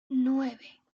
nueve